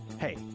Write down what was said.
hey